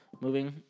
moving